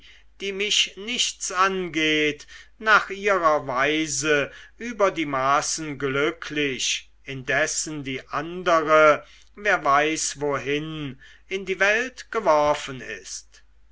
die mich nichts angeht nach ihrer weise über die maßen glücklich indessen die andere wer weiß wohin in die welt geworfen ist